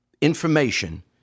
information